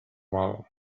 val